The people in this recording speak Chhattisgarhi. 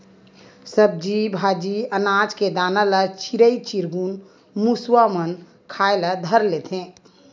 सब्जी भाजी, अनाज के दाना ल चिरई चिरगुन, मुसवा मन खाए ल धर लेथे